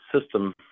system